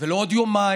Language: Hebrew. ולא עוד יומיים